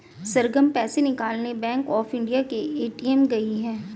सरगम पैसे निकालने Bank of India के ए.टी.एम गई है